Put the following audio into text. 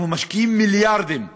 אנחנו משקיעים מיליארדים בכבישים.